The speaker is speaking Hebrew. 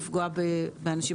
לפגוע באנשים.